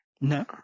No